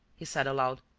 he said aloud,